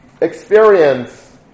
experience